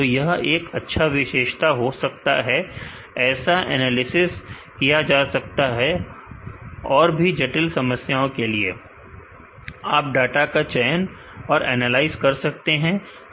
तो यह एक अच्छा विशेषता हो सकता है ऐसा एनालिसिस किया जा सकता है और भी जटिल समस्याओं के लिए आप डाटा का चयन और एनालाइज कर सकते हैं